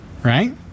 Right